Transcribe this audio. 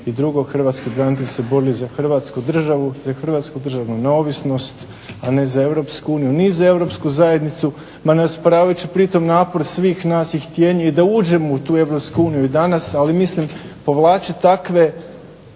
za Hrvatsku državu i za hrvatsku državnu neovisnost, a ne za EU ni za Europsku zajednicu, ne osporavajući pri tome napor svih nas i htjenje da uđemo u tu EU i danas ali mislim povlačiti takve